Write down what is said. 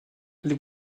les